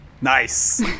Nice